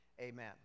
Amen